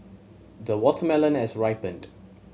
the watermelon has ripened